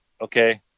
Okay